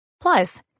Plus